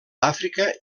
àfrica